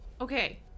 Okay